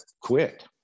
quit